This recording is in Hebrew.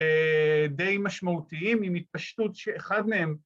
‫די משמעותיים עם התפשטות ‫שאחד מהם...